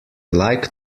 like